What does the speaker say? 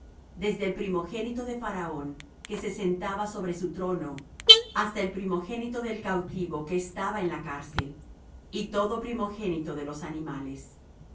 desde el primogénito de faraón que se sentaba sobre su trono hasta el primogénito del cautivo que estaba en la cárcel y todo primogénito de los animales